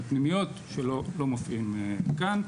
על פנימיות שלא מופיעים כאן.